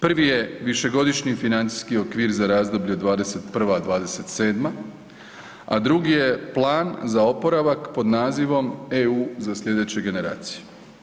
Prvi je višegodišnji financijski okvir za razdoblje 2021.-.2027., a drugi je plan za oporavak pod nazivom „EU za sljedeće generacije“